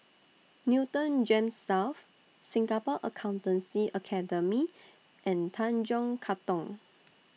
Newton Gems South Singapore Accountancy Academy and Tanjong Katong